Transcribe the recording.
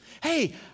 Hey